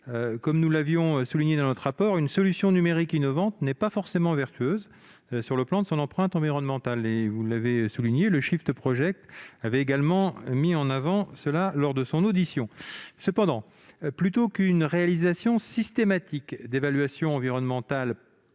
Comme nous l'avions souligné dans notre rapport, une solution numérique innovante n'est pas forcément vertueuse sur le plan de son empreinte environnementale. Les représentants de The Shift Project avaient d'ailleurs insisté sur ce point lors de leur audition. Cependant, plutôt qu'une réalisation systématique d'évaluation environnementale